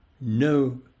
no